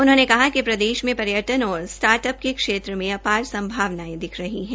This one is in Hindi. उन्होने कहा कि प्रदेश में पर्यटन और स्टार्टअप के क्षेत्र में आपार संभावनायें दिखाई रही है